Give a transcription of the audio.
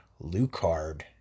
Lucard